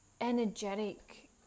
energetic